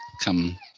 come